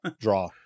draw